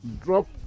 drop